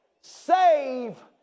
save